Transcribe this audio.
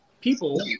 people